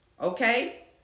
okay